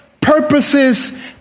purposes